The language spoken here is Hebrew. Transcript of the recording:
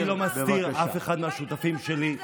אני לא מסתיר אף אחד מהשותפים שלי.